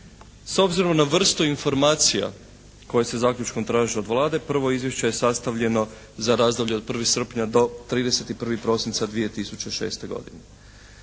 S obzirom na vrstu informacija koje se zaključkom traži od Vlade, prvo izvješće je sastavljeno za razdoblje od 1. srpnja do 31. prosinca 2006. godine.